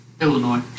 Illinois